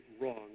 wrong